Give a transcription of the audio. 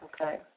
Okay